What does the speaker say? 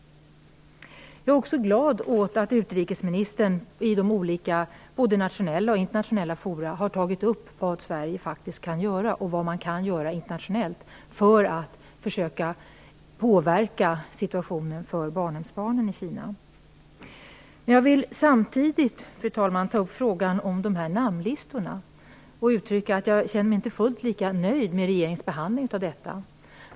Jag är också glad över att utrikesministern i olika nationella och internationella forum har tagit upp vad Sverige kan göra och vad man kan göra internationellt för att försöka påverka situationen för barnhemsbarnen i Kina. Men jag vill samtidigt, fru talman, ta upp frågan om namnlistorna. Jag känner mig nämligen inte fullt lika nöjd med regeringens behandling av dessa.